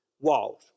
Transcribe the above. Walls